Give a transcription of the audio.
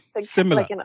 similar